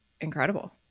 incredible